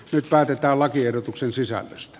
nyt päätetään lakiehdotuksen sisällöstä